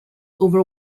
over